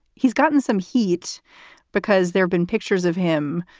he's gotten some heat because there've been pictures of him,